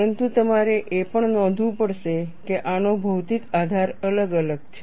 પરંતુ તમારે એ પણ નોંધવું પડશે કે આનો ભૌતિક આધાર અલગ અલગ છે